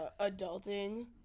adulting